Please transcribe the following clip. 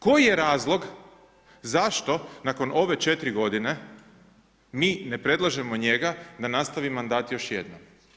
Koji je razlog, zašto nakon ove 4 godine mi ne predlažemo njega da nastavi mandat još jednom?